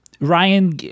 Ryan